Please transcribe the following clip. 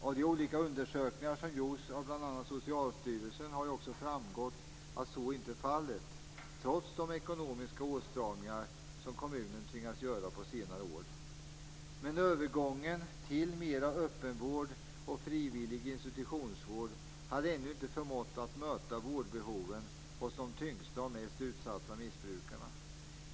Av de olika undersökningar som gjorts av bl.a. Socialstyrelsen har det också framgått att så inte är fallet - trots de ekonomiska åtstramningar som kommunerna tvingats göra på senare år. Men övergången till mer av öppenvård och frivillig institutionsvård har ännu inte förmått att möta vårdbehoven hos de tyngsta och mest utsatta missbrukarna.